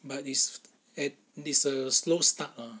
but it's at it's a slow start ah